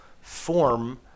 form